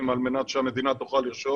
על מנת שהמדינה תוכל לרשום.